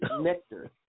nectar